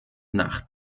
nach